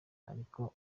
ariko